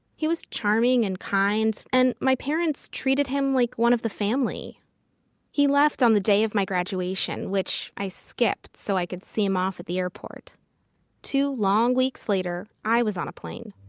he was charming and kind and my parents treated him like one of the family he left on the day of my graduation, which i skipped so i could see him off at the airport two long weeks later, i was on a plane.